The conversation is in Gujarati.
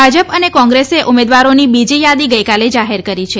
ભાજપ અને કોંગ્રેસે ઉમેદવારોની બીજી યાદી ગઇકાલે જાહેર કરી છે